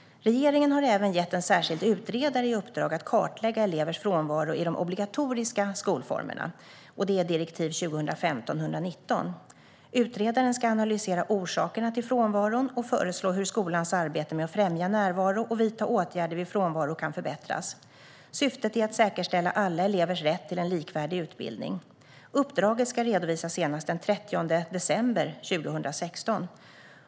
Regeringen har även gett en särskild utredare i uppdrag att kartlägga elevers frånvaro i de obligatoriska skolformerna, direktiv 2015:119. Utredaren ska analysera orsakerna till frånvaron och föreslå hur skolans arbete med att främja närvaro och vidta åtgärder vid frånvaro kan förbättras. Syftet är att säkerställa alla elevers rätt till en likvärdig utbildning. Uppdraget ska redovisas senast den 30 december 2016.